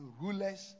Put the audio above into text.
rulers